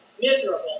miserable